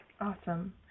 Awesome